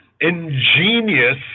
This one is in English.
ingenious